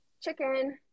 chicken